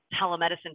telemedicine